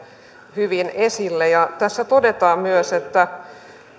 hyvin esille ja tässä todetaan myös että